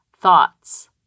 thoughts